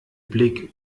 blick